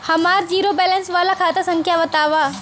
हमार zero balance वाला खाता संख्या वतावा?